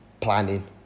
planning